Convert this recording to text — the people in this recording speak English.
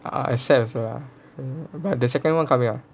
ah I sad also ah the second one coming out